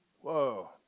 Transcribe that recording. Whoa